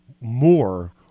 more